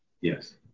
Yes